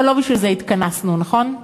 אבל לא בשביל זה התכנסנו, נכון?